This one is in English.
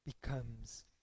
becomes